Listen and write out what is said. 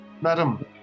madam